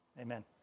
Amen